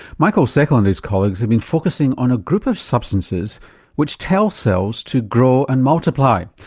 michael seckl and his colleagues have been focussing on a group of substances which tell cells to grow and multiply.